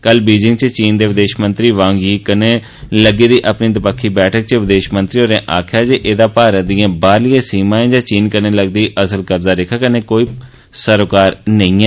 कल बीजिंग च चीन दे विदेश मंत्री वांग यी कन्नै लग्गी दी अपनी दवक्खी बैठका च विदेश मंत्री होरें आक्खेआ जे एदा भारत दिए बाहरलिए सीमाएं या चीन कन्नै लगदी अस्सल कब्जा रेखा कन्नै कोई सरोकार नेंई ऐ